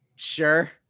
sure